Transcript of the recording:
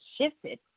shifted